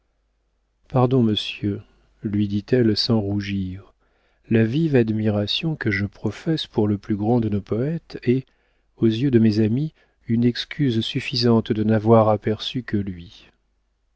pardon monsieur lui dit-elle sans rougir la vive admiration que je professe pour le plus grand de nos poëtes est aux yeux de mes amis une excuse suffisante de n'avoir aperçu que lui